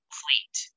fleet